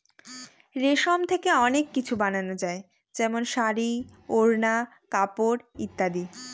রেশম থেকে অনেক কিছু বানানো যায় যেমন শাড়ী, ওড়না, কাপড় ইত্যাদি